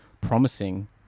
promising